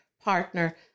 partner